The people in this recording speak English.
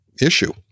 issue